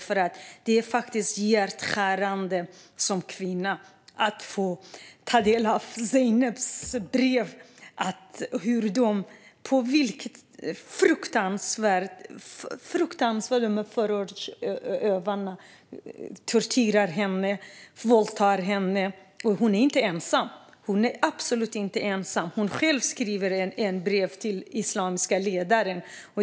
Det är faktiskt hjärtskärande att som kvinna få ta del av Zeynabs brev om hur fruktansvärt förövarna torterar henne och våldtar henne, och hon är absolut inte ensam. Hon skriver själv ett brev till den islamiska ledaren.